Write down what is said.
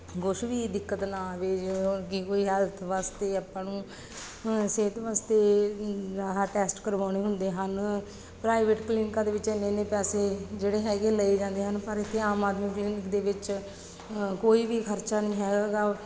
ਕੁਛ ਵੀ ਦਿੱਕਤ ਨਾ ਆਵੇ ਜਿਵੇਂ ਹੁਣ ਕਿ ਕੋਈ ਹੈਲਥ ਵਾਸਤੇ ਆਪਾਂ ਨੂੰ ਸਿਹਤ ਵਾਸਤੇ ਆਹ ਟੈਸਟ ਕਰਵਾਉਣੇ ਹੁੰਦੇ ਹਨ ਪ੍ਰਾਈਵੇਟ ਕਲੀਨਕਾਂ ਦੇ ਵਿੱਚ ਐਨੇ ਐਨੇ ਪੈਸੇ ਜਿਹੜੇ ਹੈਗੇ ਲਏ ਜਾਂਦੇ ਹਨ ਪਰ ਇੱਥੇ ਆਮ ਆਦਮੀ ਕਲੀਨਿਕ ਦੇ ਵਿੱਚ ਕੋਈ ਵੀ ਖਰਚਾ ਨਹੀਂ ਹੈਗਾ ਗਾ